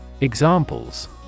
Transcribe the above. Examples